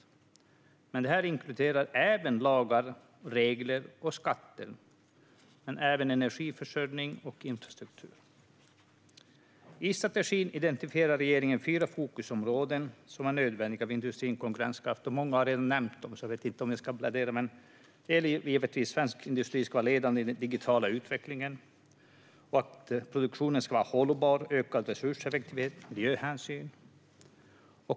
Detta inkluderar lagar, regler och skatter men också energiförsörjning och infrastruktur. I strategin identifierar regeringen fyra fokusområden som är nödvändiga för industrins konkurrenskraft. Andra har redan nämnt dem. Det handlar om att svensk industri ska vara ledande inom den digitala utvecklingen, att produktionen ska vara hållbar och att vi ska ha en ökad resurseffektivitet och miljöhänsyn.